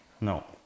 No